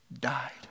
died